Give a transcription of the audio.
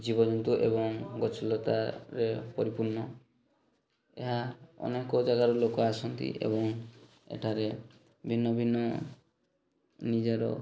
ଜୀବଜନ୍ତୁ ଏବଂ ଗଛଲତାରେ ପରିପୂର୍ଣ୍ଣ ଏହା ଅନେକ ଜାଗାରୁ ଲୋକ ଆସନ୍ତି ଏବଂ ଏଠାରେ ଭିନ୍ନ ଭିନ୍ନ ନିଜର